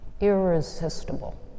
irresistible